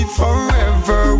forever